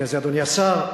אדוני השר,